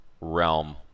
realm